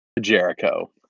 Jericho